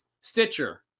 Stitcher